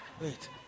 wait